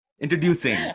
Introducing